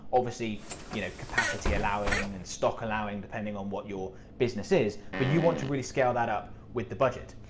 obviously you know capacity allowing, and stock allowing, depending on what your business is. but you want to rescale that up with the budget.